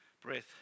breath